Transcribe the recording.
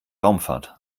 raumfahrt